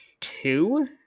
two